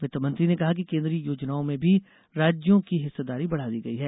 वित्तमंत्री ने कहा कि केन्द्रीय योजनाओं में भी राज्यों की हिस्सेदारी बढ़ा दी गई है